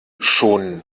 schon